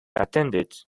attended